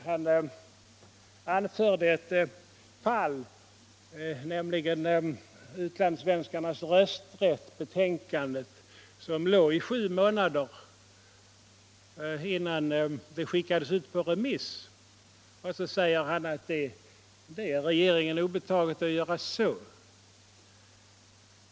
Han anförde ett fall, nämligen betänkandet om utlandssvenskarnas rösträtt, som låg i sju månader innan det skickades ut på remiss, och så sade han att det är regeringen obetaget att göra så.